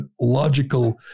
logical